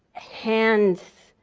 hands,